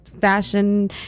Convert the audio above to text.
fashion